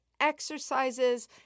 exercises